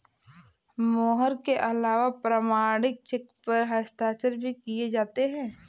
मोहर के अलावा प्रमाणिक चेक पर हस्ताक्षर भी किये जाते हैं